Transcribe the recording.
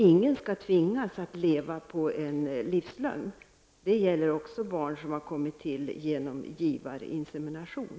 Ingen skall tvingas att leva på en livslögn, och detta gäller även barn som har kommit till genom givarinsemination.